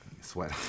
Sweat